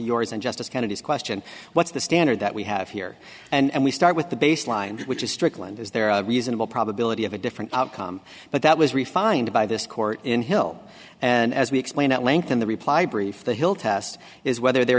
yours and justice kennedy's question what's the standard that we have here and we start with the baseline which is strickland is there a reasonable probability of a different outcome but that was refined by this court in hill and as we explained at length in the reply brief the hill test is whether there